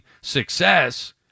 success